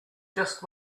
just